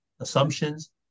assumptions